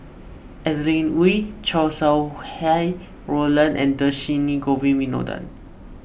Adeline Ooi Chow Sau Hai Roland and Dhershini Govin Winodan